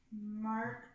Mark